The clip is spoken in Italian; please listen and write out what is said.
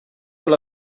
alla